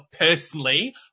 personally